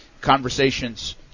conversations